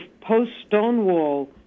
post-Stonewall